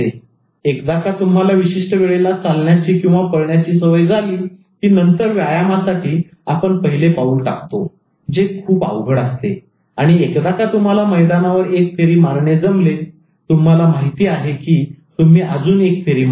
परंतु एकदा का तुम्हाला विशिष्ट वेळेला चालण्याचीपळण्याची सवय झाली की नंतर व्यायामासाठी आपण पहिले पाऊल टाकतो जे खूप अवघड असते आणि एकदा का तुम्हाला मैदानावर एक फेरी मारणे जमले तुम्हाला माहिती आहे की तुम्ही अजून एक फेरी मारता